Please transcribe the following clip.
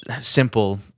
simple